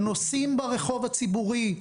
נוסעים ברחוב הציבורי,